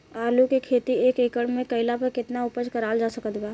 आलू के खेती एक एकड़ मे कैला पर केतना उपज कराल जा सकत बा?